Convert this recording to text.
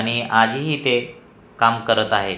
आणि आधीही ते काम करत आहे